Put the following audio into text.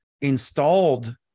installed